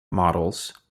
models